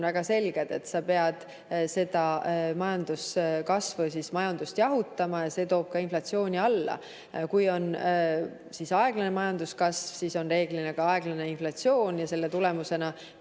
väga selged: sa pead majanduskasvu ja majandust jahutama ning see toob ka inflatsiooni alla. Kui on aeglane majanduskasv, siis on reeglina aeglane inflatsioon. Selle tulemusena